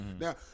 now